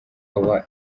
uba